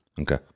Okay